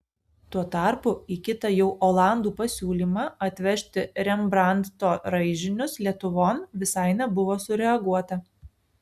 tuo tarpu į kitą jau olandų pasiūlymą atvežti rembrandto raižinius lietuvon visai nebuvo sureaguota